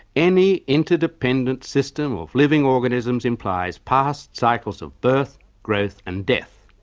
any interdependent system of living organisms implies past cycles of birth, growth and death.